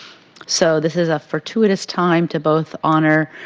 so this is a fortuitous time to both honor